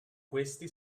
questi